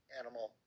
animal